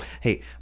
hey